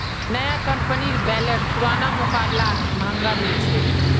नया कंपनीर बेलर पुरना मुकाबलात महंगा मिल छेक